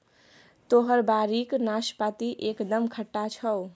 तोहर बाड़ीक नाशपाती एकदम खट्टा छौ